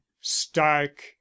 stark